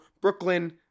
Brooklyn